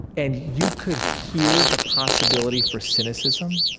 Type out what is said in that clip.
and you could hear the possibility for cynicism,